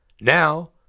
Now